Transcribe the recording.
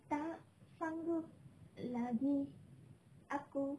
tak sanggup lagi aku